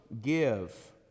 give